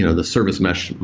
you know the service mesh,